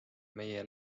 meie